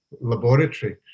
laboratory